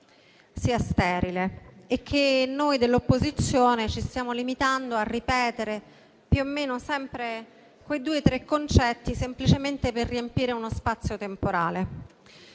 sia sterile e che noi dell'opposizione ci stiamo limitando a ripetere più o meno sempre quei due o tre concetti, semplicemente per riempire uno spazio temporale.